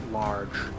large